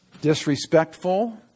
disrespectful